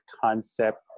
concept